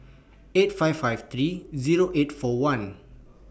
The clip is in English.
eight five five three Zero eight four one